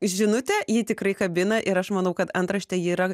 žinutė ji tikrai kabina ir aš manau kad antraštė ji yra